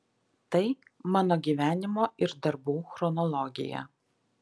tai mano gyvenimo ir darbų chronologija